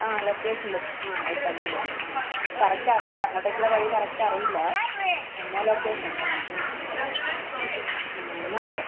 ആ ലൊക്കേഷൻ ഇട് ആ ആ ഇട്ടുതന്നാൽ മതി ആ കറക്റ്റ് അറിയില്ല അങ്ങോട്ടേക്കുള്ള വഴി കറക്റ്റ് അറിയില്ല എന്നാൽ ലൊക്കേഷൻ ഇട്ടു തന്നേ മ് മ് ആ എന്നാൽ ഓക്കെ